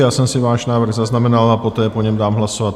Já jsem si váš návrh zaznamenal a poté o něm dám hlasovat.